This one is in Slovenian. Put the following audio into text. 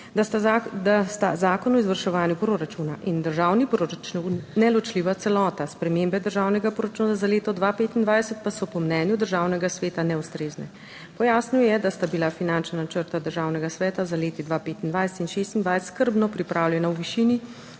da sta Zakon o izvrševanju proračuna in državni proračun neločljiva celota, spremembe državnega proračuna za leto 2025 pa so po mnenju Državnega sveta neustrezne. Pojasnil je, da sta bila finančna načrta Državnega sveta za leti 2025 in 2026 skrbno pripravljena, v višini,